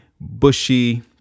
bushy